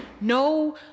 no